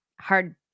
hard